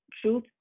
truth